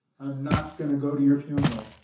i'm not gonna go to your funeral.